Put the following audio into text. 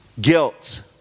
guilt